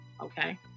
Okay